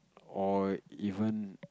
or even